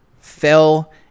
fell